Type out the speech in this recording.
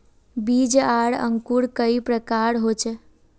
बीज आर अंकूर कई प्रकार होचे?